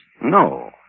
No